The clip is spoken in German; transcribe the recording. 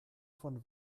von